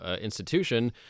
institution